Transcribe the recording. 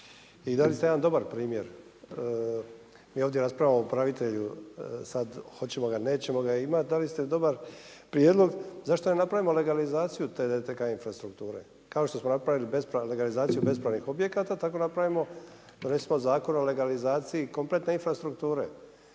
I dali ste jedan dobar primjer. Mi ovdje raspravljamo o upravitelju sad, hoćemo, nećemo ga, dali ste dobar prijedlog, zašto ne napravimo legalizaciju te DTK infrastrukture? Kao što smo napravili legalizaciju bespravnih objekata, tako napravimo recimo Zakon o legalizaciji kompletne infrastrukture.